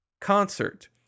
concert